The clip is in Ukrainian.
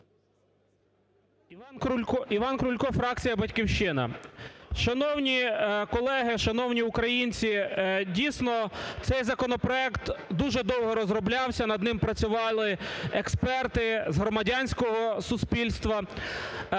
Іван Крулько, фракція "Батьківщина". Шановні колеги! Шановні українці! Дійсно, цей законопроект дуже довго розроблявся, над ним працювали експерти з громадянського суспільства,